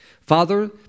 Father